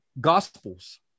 gospels